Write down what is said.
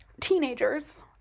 teenagers